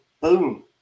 boom